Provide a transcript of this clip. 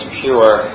pure